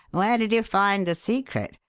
where did you find the secret?